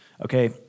okay